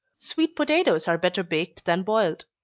sweet potatoes are better baked than boiled.